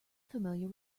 familiar